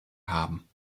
haben